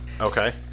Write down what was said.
Okay